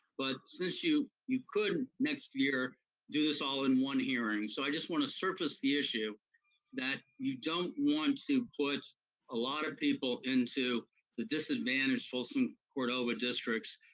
but since you you could next year do this all in one hearing, so i just wanna surface the issue that you don't want to put a lot of people into the disadvantaged folsom cordova districts.